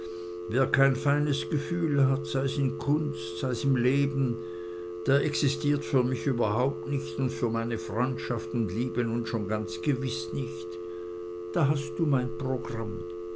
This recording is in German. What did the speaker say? wer kein feines gefühl hat sei's in kunst sei's im leben der existiert für mich überhaupt nicht und für meine freundschaft und liebe nun schon ganz gewiß nicht da hast du mein programm